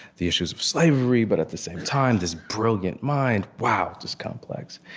the issues of slavery, but at the same time, this brilliant mind. wow. just complex.